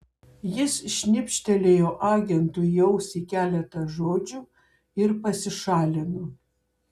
jis šnibžtelėjo agentui į ausį keletą žodžių ir pasišalino